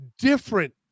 different